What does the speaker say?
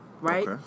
Right